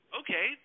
okay